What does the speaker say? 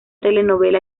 telenovela